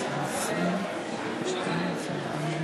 התשע"ה 2015: שישה בעד,